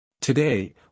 Today